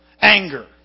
Anger